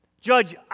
Judge